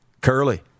Curly